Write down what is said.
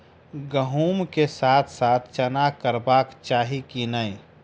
गहुम केँ साथ साथ चना करबाक चाहि की नै?